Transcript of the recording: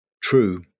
true